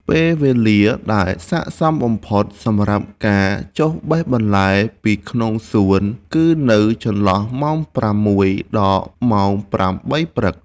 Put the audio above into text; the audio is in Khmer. ពេលវេលាដែលស័ក្តិសមបំផុតសម្រាប់ការចុះបេះបន្លែពីក្នុងសួនគឺនៅចន្លោះម៉ោងប្រាំមួយដល់ម៉ោងប្រាំបីព្រឹក។